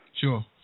Sure